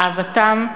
אהבתם,